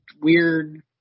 weird